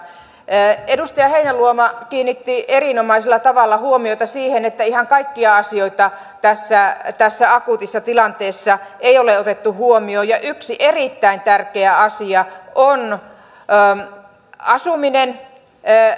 eyn edustaja heinäluoma kiinnitti erinomaisella tavalla huomiota siihen ettei kaikkia asioita pesiä ei tässä akuutissa tilanteessa ei ole otettu huomioon ja yksi erittäin tärkeä asia on ennen asuminen e